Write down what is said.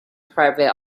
private